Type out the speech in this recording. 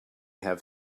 have